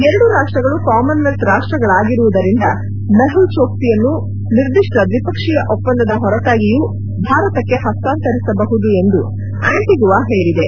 ಎರಡೂ ರಾಷ್ಟಗಳು ಕಾಮನ್ನೆಲ್ತ್ ರಾಷ್ಟಗಳಾಗಿರುವುದರಿಂದ ಮೆಹುಲ್ ಚೋಕ್ಲಿಯನ್ನು ನಿರ್ದಿಷ್ಟ ದ್ವಿಪಕ್ಷೀಯ ಒಪ್ಪಂದದ ಹೊರತಾಗಿಯೂ ಭಾರತಕ್ಕೆ ಹಸ್ತಾಂತರಿಸಬಹುದು ಎಂದು ಆಂಟಗುವಾ ಹೇಳಿದೆ